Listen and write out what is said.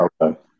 Okay